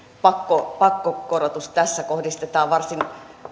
se pakkokorotus tässä kohdistetaan varsin